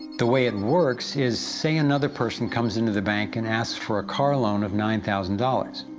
the way it works is say another person comes into the bank and asks for a car loan of nine thousand dollars.